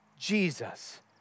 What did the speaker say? Jesus